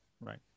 right